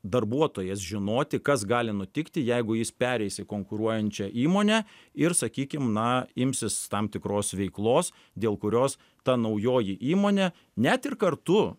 darbuotojas žinoti kas gali nutikti jeigu jis pereis į konkuruojančią įmonę ir sakykim na imsis tam tikros veiklos dėl kurios ta naujoji įmonė net ir kartu